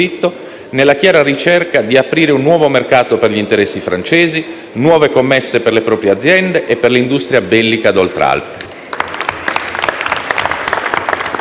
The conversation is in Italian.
nella chiara ricerca di aprire un nuovo mercato per gli interessi francesi, nuove commesse per le proprie aziende e per l'industria bellica d'Oltralpe.